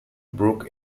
brook